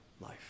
life